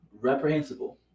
reprehensible